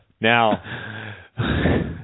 Now